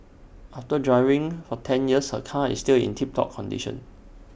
after driving for ten years her car is still in tip top condition